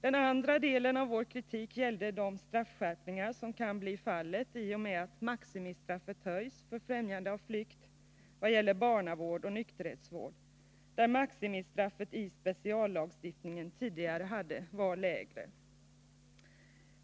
Den andra delen av vår kritik gällde de straffskärpningar som kan bli följden av att maximistraffet höjs för främjande av flykt i vad gäller barnavård och nykterhetsvård, där maximistraffet i speciallagstiftningen tidigare var lägre.